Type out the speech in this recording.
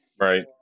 Right